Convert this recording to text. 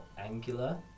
angular